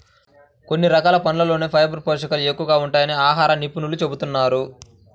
కొన్ని రకాల పండ్లల్లోనే ఫైబర్ పోషకాలు ఎక్కువగా ఉంటాయని ఆహార నిపుణులు చెబుతున్నారు